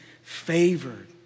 favored